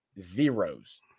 zeros